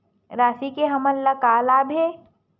राशि से हमन ला का लाभ हे?